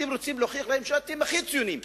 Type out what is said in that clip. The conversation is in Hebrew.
אתם רוצים להוכיח להם שאתם הכי ציונים,